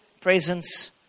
presence